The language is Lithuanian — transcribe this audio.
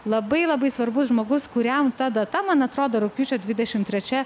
labai labai svarbus žmogus kuriam ta data man atrodo rugpjūčio dvidešim trečia